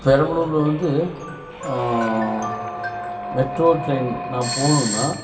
பெரம்பலூரில் வந்து metro train நான் போகணுன்னா